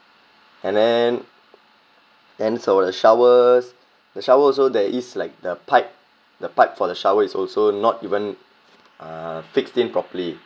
and then and so the showers the shower also there is like the pipe the pipe for the shower is also not even uh fixed in properly